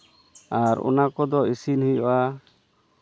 ᱟᱨ ᱚᱱᱟ ᱠᱚᱫᱚ ᱤᱥᱤᱱ ᱦᱩᱭᱩᱜᱼᱟ